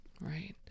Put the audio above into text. Right